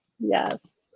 Yes